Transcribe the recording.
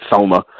soma